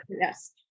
Yes